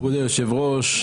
מכבודי היושב-ראש,